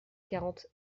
quarante